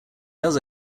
does